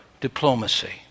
diplomacy